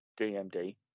DMD